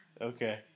okay